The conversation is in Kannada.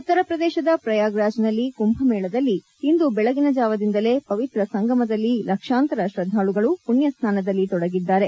ಉತ್ತರ ಪ್ರದೇಶದ ಪ್ರಯಾಗ್ರಾಜ್ನಲ್ಲಿ ಕುಂಭಮೇಳದಲ್ಲಿ ಇಂದು ಬೆಳಗಿನ ಜಾವದಿಂದಲೇ ಪವಿತ್ರ ಸಂಗಮದಲ್ಲಿ ಲಕ್ಷಾಂತರ ಶ್ರದಾಳುಗಳು ಪುಣ್ಣ ಸ್ನಾನದಲ್ಲಿ ತೊಡಗಿದ್ದಾರೆ